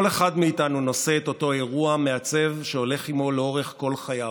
כל אחד מאיתנו נושא את אותו אירוע מעצב שהולך עימו לאורך כל חייו,